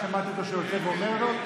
שמעתי אותו כשהוא יוצא אומר זאת,